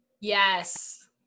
Yes